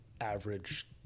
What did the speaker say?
average